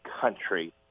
country